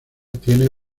tiene